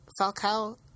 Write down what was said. Falcao